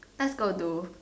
let's go do